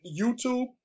YouTube